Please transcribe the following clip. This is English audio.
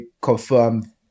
confirm